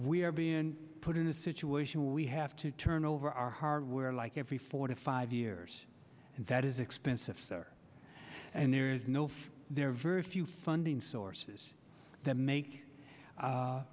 we are being put in a situation where we have to turn over our hardware like every four to five years and that is expensive and there is no fee there are very few funding sources that make